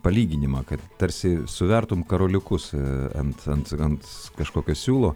palyginimą kad tarsi suvertum karoliukus ant ant ant kažkokio siūlo